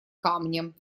камнем